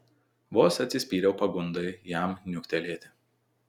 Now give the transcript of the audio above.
vos atsispyriau pagundai jam niuktelėti